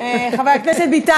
חבר הכנסת ביטן.